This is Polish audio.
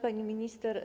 Pani Minister!